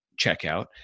checkout